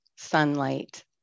sunlight